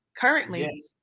currently